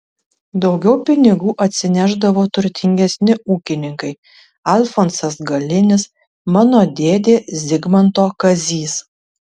daugiau pinigų atsinešdavo turtingesni ūkininkai alfonsas galinis mano dėdė zigmanto kazys